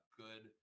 good